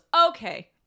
okay